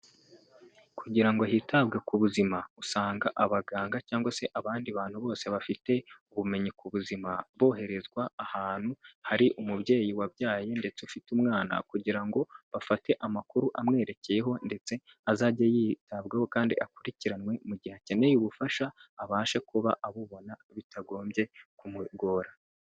Kugira ngo hitabwe ku buzima, usanga abaganga cyangwa se abandi bantu bose bafite ubumenyi ku buzima, boherezwa ahantu hari umubyeyi wabyaye ndetse ufite umwana, kugira ngo bafate amakuru amwerekeyeho, ndetse azajye yitabwaho kandi akurikiranwe mu gihe akeneye ubufasha abashe kuba abubona bitagombye kumugora.